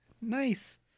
Nice